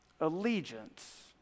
Allegiance